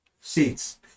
seats